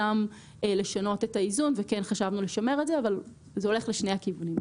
גם לשנות את האיזון וכן חשבנו לשמר את זה אבל זה הולך לשני הכיוונים.